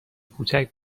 کوچک